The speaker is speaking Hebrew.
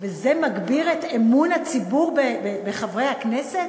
וזה מגביר את אמון הציבור בחברי הכנסת?